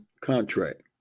contract